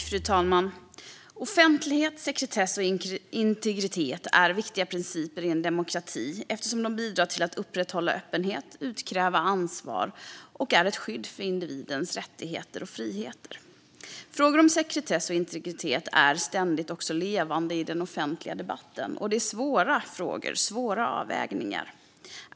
Fru talman! Offentlighet, sekretess och integritet är viktiga principer i en demokrati eftersom de bidrar till att upprätthålla öppenhet och utkräva ansvar och är ett skydd för individens rättigheter och friheter. Frågor om sekretess och integritet är ständigt levande i den offentliga debatten. Det är svåra frågor med svåra avvägningar.